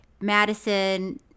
Madison